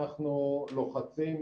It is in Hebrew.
אנחנו לוחצים,